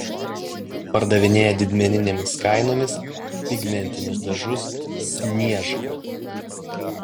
pardavinėja didmeninėmis kainomis pigmentinius dažus sniežka